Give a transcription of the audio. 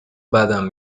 بدم